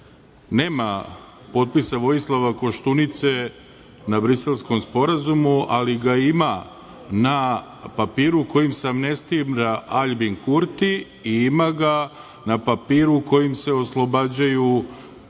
Nema potpisa Vojislava Koštunice na Briselskom sporazumu, ali ga ima na papiru kojim se amnestira Aljbin Kurti i ima ga na papiru kojim se oslobađaju